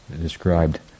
described